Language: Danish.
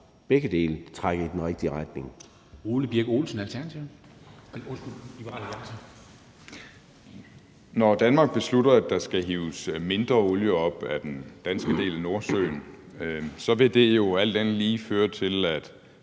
Olesen, Liberal Alliance. Kl. 10:29 Ole Birk Olesen (LA): Når Danmark beslutter, at der skal hives mindre olie op af den danske del af Nordsøen, vil det jo alt andet lige føre til, at